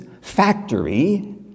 factory